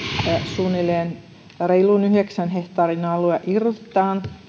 suunnilleen reilun yhdeksän hehtaarin alue irrotetaan